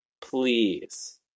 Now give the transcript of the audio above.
please